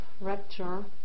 rapture